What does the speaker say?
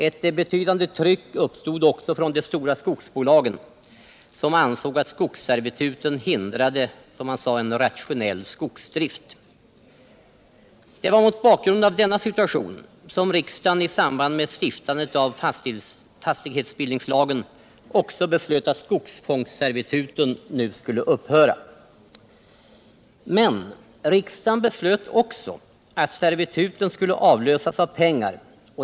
Ett betydande tryck uppstod också från de stora skogsbolagen, som ansåg att skogsservituten hindrade, som det sades, en rationell skogsdrift. Det var mot bakgrunden av denna situation som riksdagen i samband med stiftandet av fastighetsbildningslagen också beslöt att skogsfångsservituten skulle upphöra. Men riksdagen beslöt också att servituten skulle avlösas av pengar.